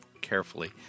carefully